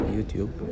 YouTube